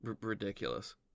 ridiculous